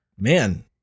Man